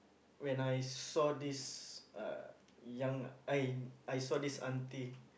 when I saw this uh young I I saw this aunty